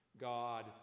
God